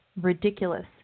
ridiculous